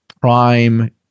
prime